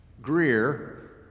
Greer